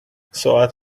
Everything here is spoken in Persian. ساعت